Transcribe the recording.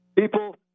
People